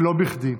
ולא בכדי.